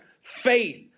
faith